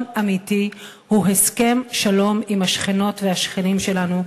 אמיתי הוא הסכם שלום עם השכנות והשכנים שלנו,